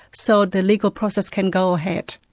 so the legal process can go ahead.